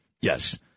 yes